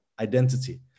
identity